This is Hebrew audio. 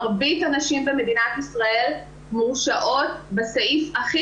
מרבית הנשים במדינת ישראל מורשעות בסעיף הכי